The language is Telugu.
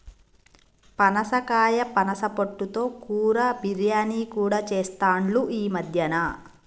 పనసకాయ పనస పొట్టు తో కూర, బిర్యానీ కూడా చెస్తాండ్లు ఈ మద్యన